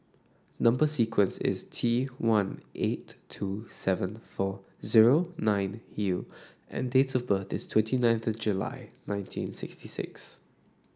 number sequence is T one eight two seven four zero nine U and date of birth is twenty nine of July nineteen sixty six